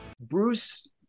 Bruce